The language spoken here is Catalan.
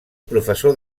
professor